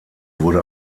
wurde